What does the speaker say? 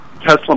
Tesla